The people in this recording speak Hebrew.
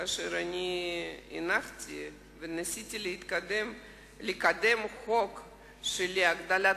כאשר הנחתי וניסיתי לקדם חוק להגדלת